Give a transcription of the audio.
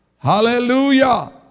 Hallelujah